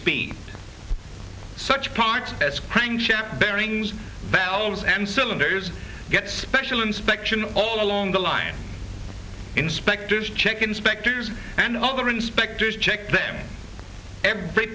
speed such parts as crankshaft bearings valves and cylinders get special inspection all along the line inspectors check inspectors and other inspectors check them every